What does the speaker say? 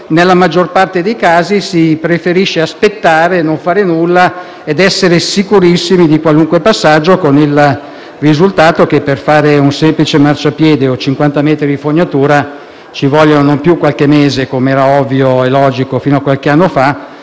nella maggior parte dei casi, si preferisce aspettare e non fare nulla per essere sicurissimi di qualunque passaggio. Il risultato è che per fare un semplice marciapiede o 50 metri di fognatura ci vuole non più qualche mese (come era ovvio e logico fino a qualche anno fa)